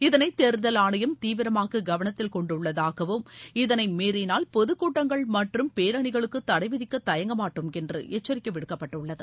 இதனை தேர்தல் கொண்டுள்ளதாகவும் இதனை மீறினால் பொதுக்கூட்டங்கள் மற்றும் பேரணிகளுக்கு தடை விதிக்க தயங்கமாட்டோம் என்று எச்சரிக்கை விடுக்கப்பட்டுள்ளது